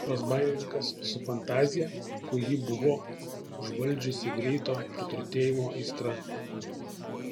razbaininkas su fantazija kurį buvo užvaldžiusi greito praturtėjimo aistra